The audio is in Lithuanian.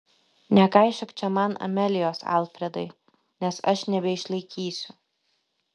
nekaišiok čia man amelijos alfredai nes aš nebeišlaikysiu